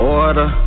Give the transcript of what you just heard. order